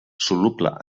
soluble